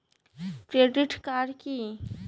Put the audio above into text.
Credit card key?